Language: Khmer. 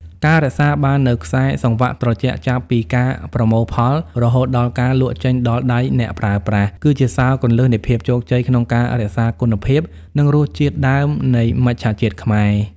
ការរក្សាបាននូវខ្សែសង្វាក់ត្រជាក់ចាប់ពីការប្រមូលផលរហូតដល់ការលក់ចេញដល់ដៃអ្នកប្រើប្រាស់ គឺជាសោរគន្លឹះនៃភាពជោគជ័យក្នុងការរក្សាគុណភាព និងរសជាតិដើមនៃមច្ឆជាតិខ្មែរ។